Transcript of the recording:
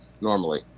normally